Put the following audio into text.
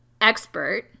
expert